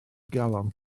galon